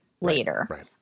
later